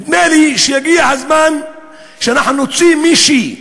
נדמה לי שהגיע הזמן שאנחנו נוציא מישהו.